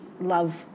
love